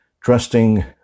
trusting